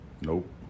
Nope